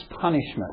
punishment